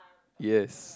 yes